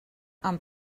amb